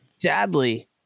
Sadly